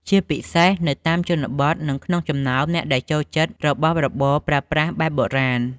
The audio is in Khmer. ជាពិសេសនៅតាមជនបទ និងក្នុងចំណោមអ្នកដែលចូលចិត្តរបស់របរប្រើប្រាស់បែបបុរាណ។